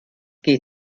geht